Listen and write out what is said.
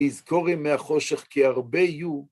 יזכור ימי החושך כי הרבה יהיו.